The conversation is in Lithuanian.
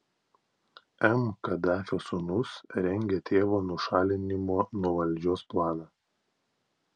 m kadafio sūnūs rengia tėvo nušalinimo nuo valdžios planą